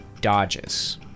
dodges